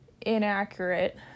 inaccurate